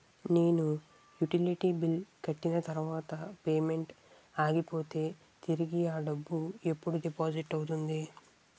నేను utility bill కట్టిన తర్వాత పేమెంట్ ఆగిపోతే తిరిగి అ డబ్బు ఎప్పుడు డిపాజిట్ అవుతుంది?